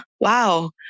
wow